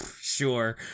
sure